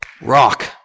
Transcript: Rock